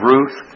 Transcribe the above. Ruth